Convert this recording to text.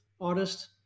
artist